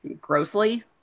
grossly